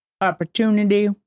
opportunity